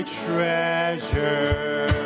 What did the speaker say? treasure